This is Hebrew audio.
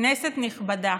כנסת נכבדה,